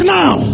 now